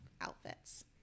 outfits